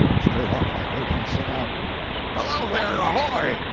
straight off i heard him sing out below there, ahoy!